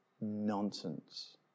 nonsense